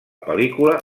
pel·lícula